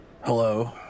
Hello